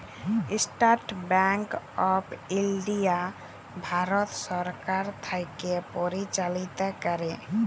State Bank of India Bharat সরকার থ্যাকে পরিচালিত ক্যরে